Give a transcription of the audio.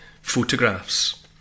photographs